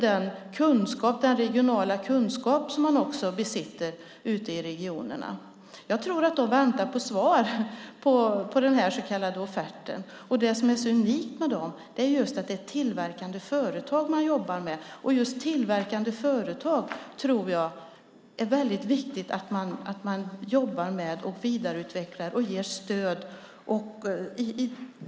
Det handlar om den regionala kunskap man besitter ute i regionerna. Jag tror att de väntar på svar på den så kallade offerten. Det som är så unikt med dem är att det är tillverkande företag man jobbar med. Jag tror att det är viktigt att man jobbar med just tillverkande företag, vidareutvecklar och ger stöd.